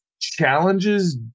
challenges